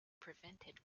prevented